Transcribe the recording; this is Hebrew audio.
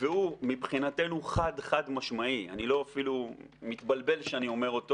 והוא מבחינתנו חד-חד-משמעי אני אפילו לא מתבלבל כשאני אומר אותו